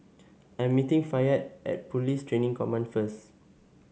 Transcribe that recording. I'm meeting Fayette at Police Training Command first